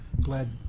glad